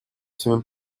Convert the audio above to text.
всеми